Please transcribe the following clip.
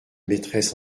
maîtresse